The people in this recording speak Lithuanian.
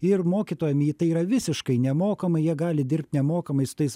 ir mokytojam tai yra visiškai nemokamai jie gali dirbt nemokamai su tais